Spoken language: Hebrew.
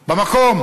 במקום.